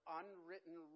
unwritten